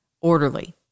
orderly